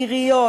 עיריות,